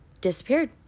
disappeared